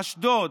אשדוד,